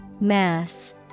Mass